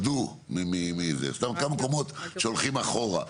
כמה מקומות שהולכים אחורה?